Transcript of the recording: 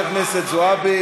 ובכן, 50 בעד, 11 מתנגדים,